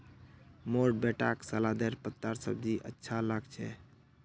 मोर बेटाक सलादेर पत्तार सब्जी अच्छा लाग छ